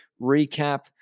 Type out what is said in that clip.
recap